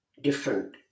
different